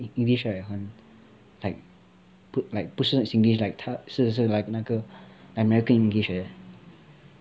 english right 很 like like 不是 singlish like 是是 like 那个 american english leh